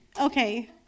okay